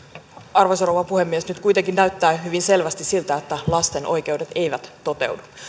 arvoisa rouva puhemies nyt kuitenkin näyttää hyvin selvästi siltä että lasten oikeudet eivät toteudu